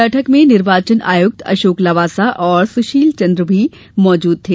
बैठक में निर्वाचन आयुक्त अशोक लवासा और सुशील चन्द्रन भी उपस्थित थे